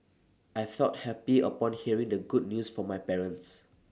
I felt happy upon hearing the good news from my parents